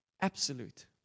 Absolute